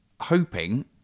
hoping